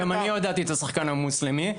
וגם אני עודדתי את השחקן המוסלמי,